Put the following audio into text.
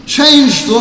Changed